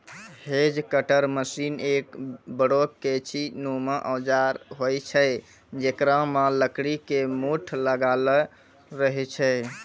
hedge cutter machine एक बड़ो कैंची नुमा औजार होय छै जेकरा मॅ लकड़ी के मूठ लागलो रहै छै